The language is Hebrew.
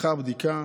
לאחר הבדיקה